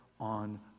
on